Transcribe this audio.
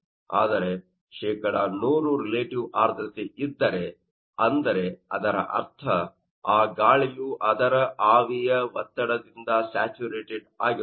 ಆದರೆಶೇಕಡಾ 100 relative ಆರ್ದ್ರತೆ ಇದ್ದರೆ ಅಂದರೆ ಅದರ ಅರ್ಥ ಆ ಗಾಳಿಯು ಅದರ ಆವಿಯ ಒತ್ತಡದಿಂದ ಸ್ಯಾಚುರೇಟೆಡ್ ಆಗಿರುತ್ತದೆ